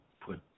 put